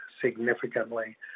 significantly